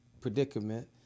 predicament